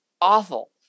awful